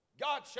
God